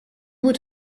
would